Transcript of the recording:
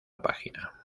página